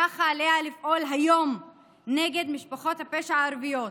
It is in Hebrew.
כך עליה לפעול היום נגד משפחות הפשע הערביות.